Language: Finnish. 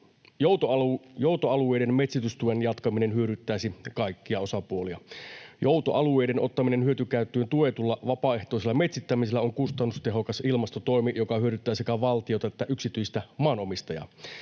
Joutoalueiden metsitystuen jatkaminen hyödyttäisi kaikkia osapuolia. Joutoalueiden ottaminen hyötykäyttöön tuetulla vapaaehtoisella metsittämisellä on kustannustehokas ilmastotoimi, joka hyödyttää sekä valtiota että yksityistä maanomistajaa.